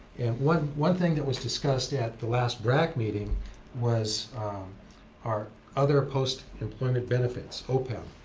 one one thing that was discussed at the last brac meeting was our other post-employment benefits, opeb.